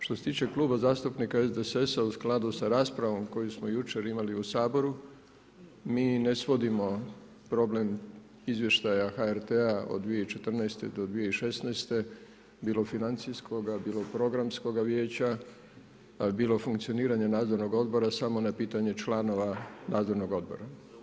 Što se tiče Kluba zastupnika SDSS-a u skladu sa raspravom koju smo jučer imali u Saboru, mi ne svodimo problem izvještaja HRT-a od 2014.-2016. bilo financijskoga, bilo programskoga vijeća, bilo funkcioniranje nadzornog odbora, samo na pitanje članova nadzornog odbora.